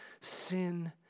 sin